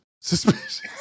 suspicious